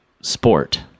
sport